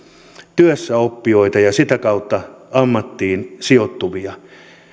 työssäoppijoita ja sitä kautta ammattiin sijoittuvia